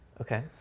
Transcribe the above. Okay